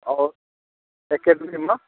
आउ एकेडमीमे